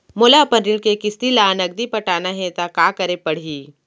मोला अपन ऋण के किसती ला नगदी पटाना हे ता का करे पड़ही?